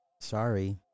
Sorry